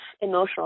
emotional